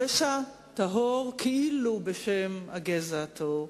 רשע טהור, כאילו בשם הגזע הטהור.